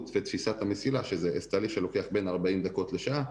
ותפיסת המסילה שזה תהליך שלוקח בין 40 דקות לשעה,